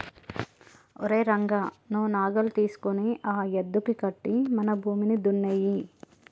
ఓరై రంగ నువ్వు నాగలి తీసుకొని ఆ యద్దుకి కట్టి మన భూమిని దున్నేయి